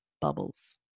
bubbles